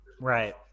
right